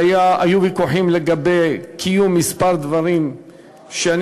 היו ויכוחים לגבי קיום כמה דברים שאני